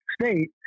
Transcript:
state